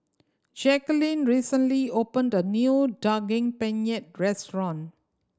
Jacquelin recently opened a new Daging Penyet restaurant